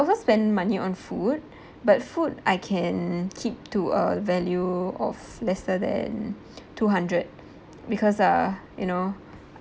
also spend money on food but food I can keep to a value of lesser than two hundred because uh you know